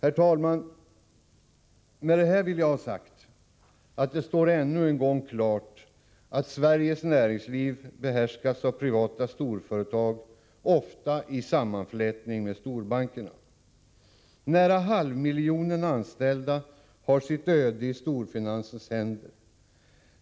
Fru talman! Med det här vill jag ha sagt: Det står än en gång klart att Sveriges näringsliv behärskas av privata storföretag, ofta i sammanflätning med storbankerna. Nära halvmiljonen anställdas öde ligger i storfinansens händer.